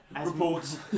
Reports